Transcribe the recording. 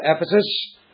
Ephesus